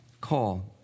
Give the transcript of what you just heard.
call